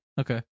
Okay